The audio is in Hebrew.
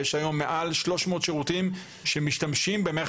ויש היום מעל 300 שירותים שמשתמשים במערכת